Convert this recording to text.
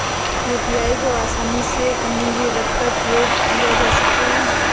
UPI को आसानी से कहीं भी रहकर प्रयोग किया जा सकता है